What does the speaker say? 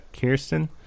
Kirsten